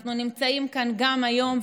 אנחנו נמצאים כאן גם היום,